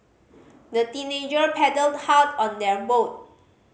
the teenagers paddled hard on their boat